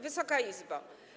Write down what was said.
Wysoka Izbo!